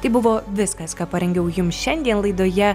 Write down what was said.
tai buvo viskas ką parengiau jums šiandien laidoje